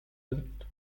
and